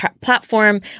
platform